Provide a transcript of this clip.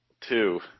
Two